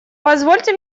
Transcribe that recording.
позвольте